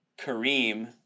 Kareem